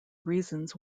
reasons